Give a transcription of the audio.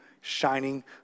shining